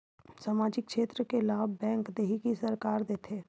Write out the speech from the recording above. सामाजिक क्षेत्र के लाभ बैंक देही कि सरकार देथे?